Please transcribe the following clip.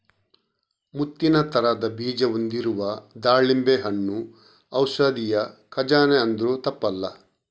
ಮುತ್ತಿನ ತರದ ಬೀಜ ಹೊಂದಿರುವ ದಾಳಿಂಬೆ ಹಣ್ಣು ಔಷಧಿಯ ಖಜಾನೆ ಅಂದ್ರೂ ತಪ್ಪಲ್ಲ